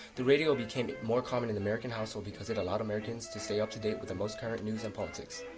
the radio became more common in american households, because it allowed americans to stay up to date with the most current news and politics.